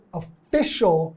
official